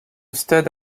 stade